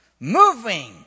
Moving